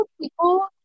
people